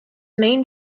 main